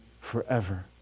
forever